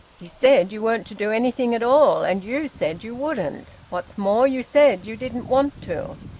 he said you weren't to do anything at all. and you said you wouldn't. what's more, you said you didn't want to.